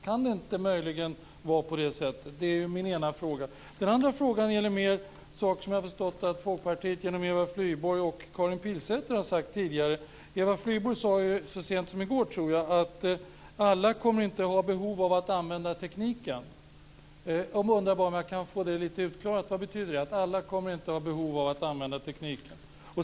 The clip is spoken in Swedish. Kan det möjligen vara på det sättet? Det är en av mina frågor. Mina andra frågor gäller sådant som jag har förstått att Eva Flyborg och Karin Pilsäter i Folkpartiet har sagt tidigare. Eva Flyborg sade ju så sent som i går, tror jag, att alla inte kommer att ha behov av att använda tekniken. Jag undrar om jag kan få lite klarhet i det. Vad betyder det att alla inte kommer att ha behov av att använda tekniken?